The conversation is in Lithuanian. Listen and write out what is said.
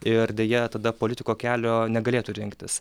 ir deja tada politiko kelio negalėtų rinktis